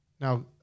now